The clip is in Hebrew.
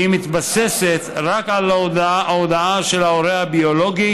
והיא מתבססת רק על הודעה של ההורה הביולוגי